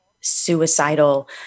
suicidal